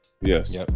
yes